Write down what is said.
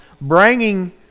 bringing